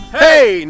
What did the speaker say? hey